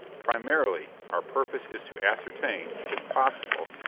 primarily, our purpose is to ascertain, if possible,